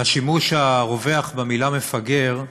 והשימוש הרווח במילה מפגר,